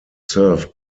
served